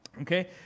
okay